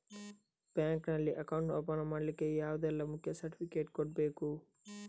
Bank ನಲ್ಲಿ account open ಮಾಡ್ಲಿಕ್ಕೆ ಯಾವುದೆಲ್ಲ ಮುಖ್ಯ ಸರ್ಟಿಫಿಕೇಟ್ ಕೊಡ್ಬೇಕು?